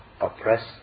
oppress